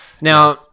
Now